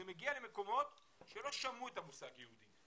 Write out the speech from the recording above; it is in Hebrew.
זה מגיע למקומות שלא שמעו את המושג יהודי,